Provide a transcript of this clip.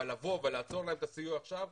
אבל לבוא ולעצור להם את הסיוע עכשיו,